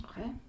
Okay